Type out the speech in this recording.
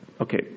Okay